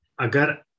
agar